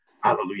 Hallelujah